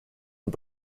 and